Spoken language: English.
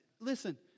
Listen